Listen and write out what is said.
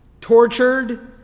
tortured